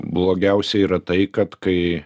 blogiausia yra tai kad kai